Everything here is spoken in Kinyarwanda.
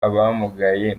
abamugaye